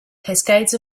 cascades